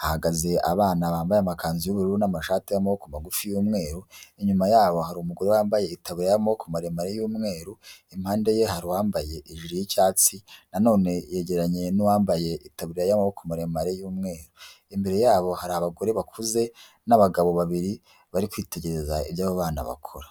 hahagaze abana bambaye amakanzu y'ubururu n'amashati y'amaboko magufi y'umweru, inyuma yabo hari umugore wambaye itaburiya y'amoboko maremare n'umweru, impande ye hari uwambaye ijire y'icyatsi nanone yegeranye n'uwambaye itaburiya y'amaboko maremare y'umweru, imbere yabo hari abagore bakuze n'abagabo babiri bari kwitegereza ibyo abo bana bakora.